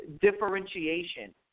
Differentiation